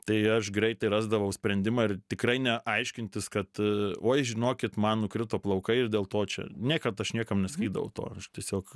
tai aš greitai rasdavau sprendimą ir tikrai ne aiškintis kad oi žinokit man nukrito plaukai ir dėl to čia niekad aš niekam nesakydavau to tiesiog